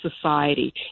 society